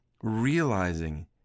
realizing